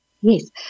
Yes